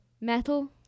metal